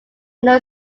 new